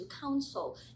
counsel